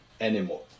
anymore